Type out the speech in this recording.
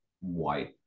white